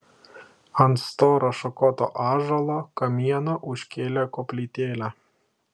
ant storo šakoto ąžuolo kamieno užkėlė koplytėlę